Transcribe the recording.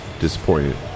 Disappointed